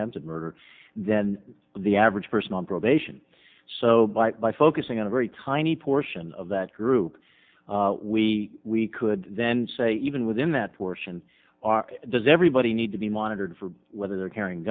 attempted murder than the average person on probation so by by focusing on a very tiny portion of that group we could then say even within that portion does everybody need to be monitored for whether they're carrying